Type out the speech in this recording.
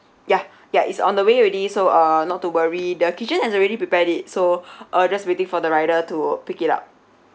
ya ya it's on the way already so uh not to worry the kitchen has already prepared it so uh just waiting for the rider to pick it up